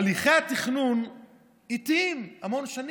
הליכי התכנון איטיים, המון שנים.